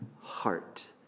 heart